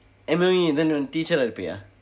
M_O_E then teacher ah இருப்பியா:iruppiyaa